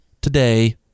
today